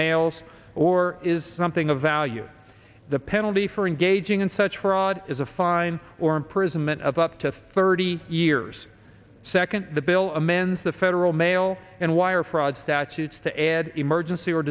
mails or is something of value the penalty for engaging in such fraud is a fine or imprisonment of up to thirty years second the bill amends the federal mail and wire fraud statutes to add emergency or